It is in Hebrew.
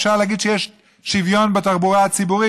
אפשר להגיד שיש שוויון בתחבורה הציבורית?